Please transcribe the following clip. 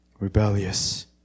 Rebellious